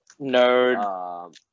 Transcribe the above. Nerd